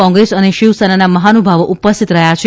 કોંગ્રેસ અને શિવસેનાના મહાનુભાવો ઉપ સ્થિત રહ્યા છે